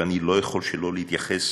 ואני לא יכול שלא להתייחס